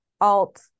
alt